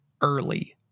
early